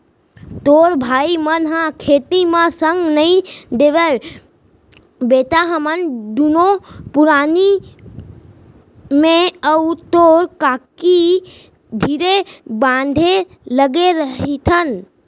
तोर भाई मन ह खेती म संग नइ देवयँ बेटा हमन दुनों परानी मैं अउ तोर काकी धीरे बांधे लगे रइथन